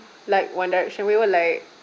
like one direction we were like